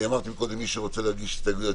אמרתי קודם שמי שרוצה להגיש הסתייגויות,